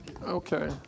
Okay